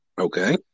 Okay